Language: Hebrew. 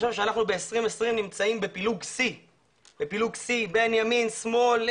בשנת 2020 אנחנו נמצאים במצב שבו הפילוג בין ימין ושמאל,